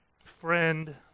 friend